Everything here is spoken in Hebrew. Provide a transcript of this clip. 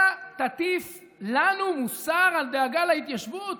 אתה תטיף לנו מוסר על דאגה להתיישבות?